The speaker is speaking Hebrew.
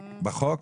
בחוק?